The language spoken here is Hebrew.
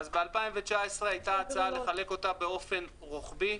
אז ב-2019 היתה הצעה לחלק אותה באופן רוחבי,